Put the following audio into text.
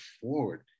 forward